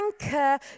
Anchor